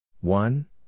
One